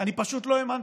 אני פשוט לא האמנתי.